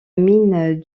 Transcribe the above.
mine